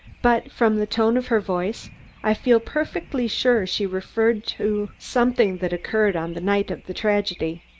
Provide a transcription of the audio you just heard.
but from the tone of her voice i feel perfectly sure she referred to something that occurred on the night of the tragedy.